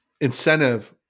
incentive